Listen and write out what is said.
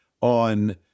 on